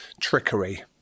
trickery